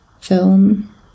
film